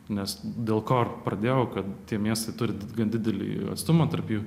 nes dėl ko ir pradėjau kad tie miestai turi gan didelį atstumą tarp jų